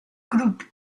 group